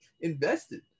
invested